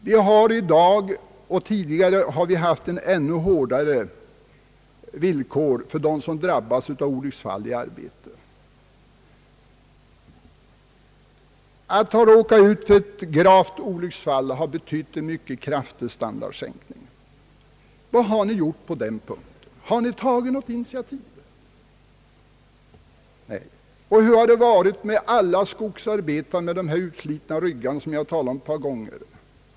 Vi har i dag och har tidigare haft ännu hårdare villkor för dem som har drab bats av olycksfall i arbetet. Att ha råkat ut för ett gravt olycksfall har betytt en mycket kraftig standardsänkning. Vad har ni gjort på den punkten? Har ni tagit något initiativ? Nej! Hur har det varit med alla skogsarbetarna med utslitna ryggar, om vilka jag har talat ett par gånger tidigare i denna kammare?